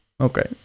Okay